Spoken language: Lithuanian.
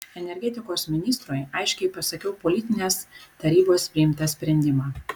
energetikos ministrui aiškiai pasakiau politinės tarybos priimtą sprendimą